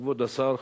כבוד השר,